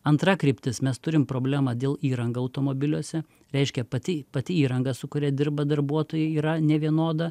antra kryptis mes turim problemą dėl įranga automobiliuose reiškia pati pati įranga sukuria dirba darbuotojai yra nevienoda